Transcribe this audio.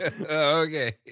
Okay